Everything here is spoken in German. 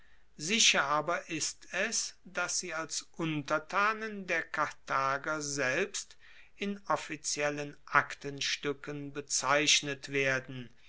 sicher aber ist es dass sie als untertanen der karthager selbst in offiziellen aktenstuecken bezeichnet werden